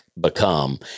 become